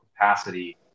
capacity